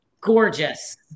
gorgeous